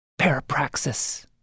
Parapraxis